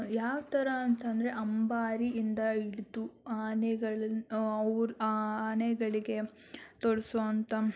ಯಾವ ಥರ ಅಂತಂದರೆ ಅಂಬಾರಿಯಿಂದ ಹಿಡ್ದು ಆನೆಗಳನ್ನ ಅವ್ರ ಆನೆಗಳಿಗೆ ತೊಡಿಸೋ ಅಂಥ